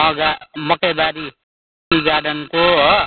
मगा मकैबारी टि गार्डनको हो